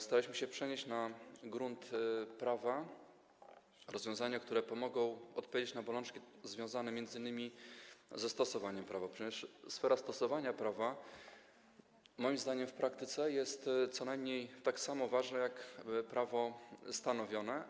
Staraliśmy się przenieść na grunt prawa rozwiązania, które pomogą odpowiedzieć na bolączki związane m.in. ze stosowaniem prawa, ponieważ sfera stosowania prawa w praktyce jest co najmniej tak samo ważna jak prawo stanowione.